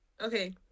Okay